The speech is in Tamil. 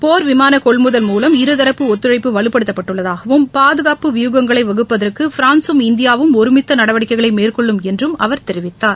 போர் விமான கொள்முதல் மூலம் இருதரப்பு ஒத்துழைப்பு வலுப்படுத்தப்பட்டுள்ளதாகவும் பாதுகாப்பு வியூக்ங்களை வகுப்பதற்கு பிரான்ஸும் இந்தியாவும் ஒருமித்த நடவடிக்கைகளை மேற்கொள்ளும் என்றும் அவர் தெரிவித்தார்